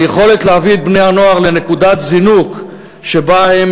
היכולת להביא את בני-הנוער לנקודת זינוק שבה הם